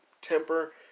temper